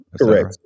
Correct